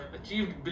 achieved